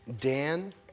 Dan